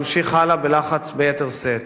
להמשיך הלאה בלחץ ביתר שאת.